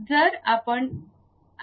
तर आपण हे पाहू